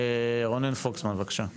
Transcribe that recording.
רונן פוקסמן בבקשה.